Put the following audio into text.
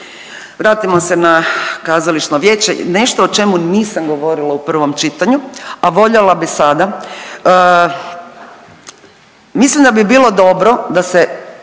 Vratimo se na kazališno vijeće, nešto o čemu nisam govorila u prvom čitanju, a voljela bih sada. Mislim da bi bilo dobro da se